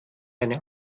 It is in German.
eine